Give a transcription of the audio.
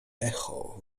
echo